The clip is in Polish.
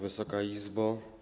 Wysoka Izbo!